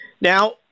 Now